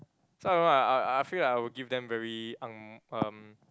so I I I I feel like I will give them very uh um